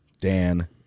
Dan